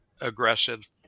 aggressive